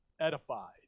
edified